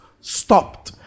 stopped